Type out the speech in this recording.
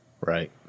Right